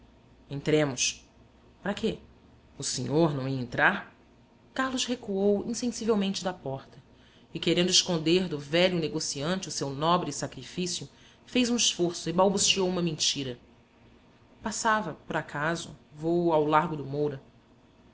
entremos para quê o senhor não ia entrar carlos recuou insensivelmente da porta e querendo esconder do velho negociante o seu nobre sacrifício fez um esforço e balbuciou uma mentira passava por acaso vou ao largo do moura